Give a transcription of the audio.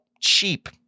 cheap